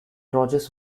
rogers